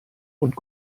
und